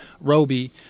Roby